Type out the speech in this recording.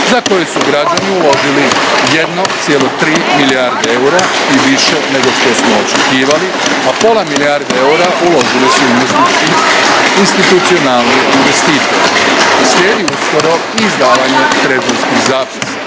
za koje su građani uložili 1,3 milijardi eura i više nego što smo očekivali, a pola milijarde eura uložili su institucionalni investitori. Slijedi uskoro i izdavanje trezorskih zapisa.